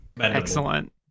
Excellent